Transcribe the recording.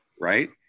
Right